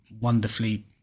wonderfully